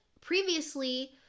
previously